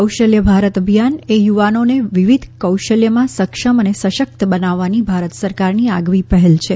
કૌશલ્ય ભારત અભિયાન યુવાનો અને વિવિધ કૌશલ્યમાં સક્ષમ અને સશકત બનાવવાની ભારત સરકારની આગવી પહેલ છે